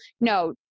No